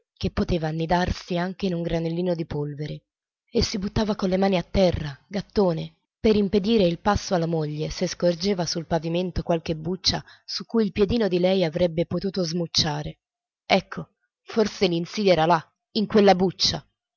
che poteva annidarsi anche in un granellino di polvere e si buttava con le mani a terra gattone per impedire il passo alla moglie se scorgeva sul pavimento qualche buccia su cui il piedino di lei avrebbe potuto smucciare ecco forse l'insidia era là in quella buccia